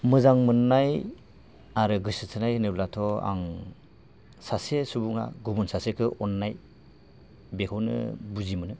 मोजां मोननाय आरो गोसो थोनाय होनोब्लाथ' आं सासे सुबुङा गुबुन सासेखौ अननाय बेखौनो बुजि मोनो